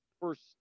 first